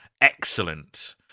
excellent